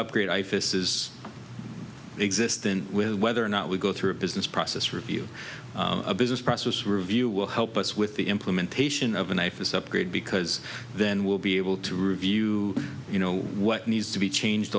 upgrade ifas is existant with whether or not we go through a business process review a business process review will help us with the implementation of a knife is upgrade because then we'll be able to review you know what needs to be changed